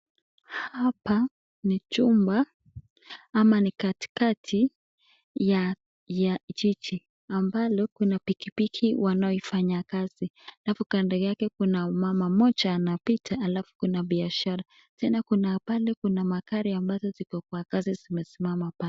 Hapa ni chumba ama ni katikati ya ya jiji ambalo kuna pikipiki wanayoifanya kazi halafu kando yake kuna mama mmoja anapita halafu kuna biashara tena kuna pande kuna magari ambazo ziko kwa kazi zimesimama pale.